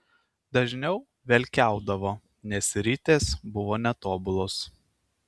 dažniau velkiaudavo nes ritės buvo netobulos